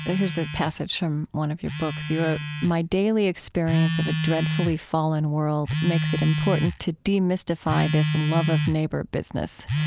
here's a passage from one of your books. you wrote, my daily experience of a dreadfully fallen world makes it important to demystify this love of neighbor business.